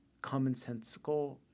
commonsensical